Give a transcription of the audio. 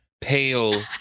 pale